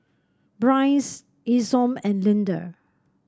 Bryce Isom and Lynda